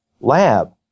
lab